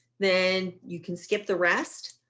then you can skip the rest.